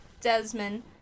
Desmond